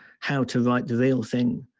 how to write the real thing.